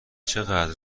چقدر